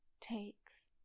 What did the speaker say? takes